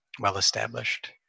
well-established